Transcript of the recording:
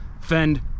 defend